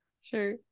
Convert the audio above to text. Sure